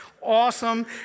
awesome